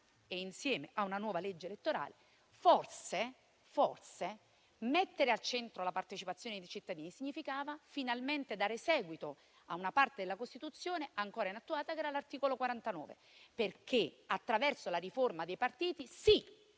e, insieme ad essa, forse mettere al centro la partecipazione dei cittadini significava finalmente dare seguito a una parte della Costituzione ancora inattuata, cioè l'articolo 49, perché attraverso la riforma dei partiti si